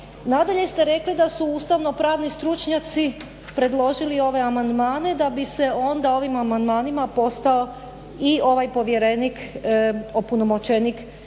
Nadalje ste rekli da su ustavni pravni stručnjaci predložili ove amandmane da bi se onda ovim amandmanima postao i ovaj povjerenik opunomoćenik